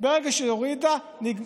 ברגע שהיא הורידה, נגמר.